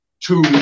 two